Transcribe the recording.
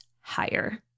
higher